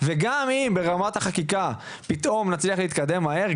וגם אם ברמת החקיקה נצליח פתאום להתקדם מהר,